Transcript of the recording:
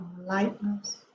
lightness